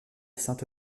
sainte